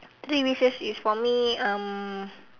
three wishes is for me um